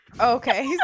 Okay